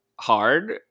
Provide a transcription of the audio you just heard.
hard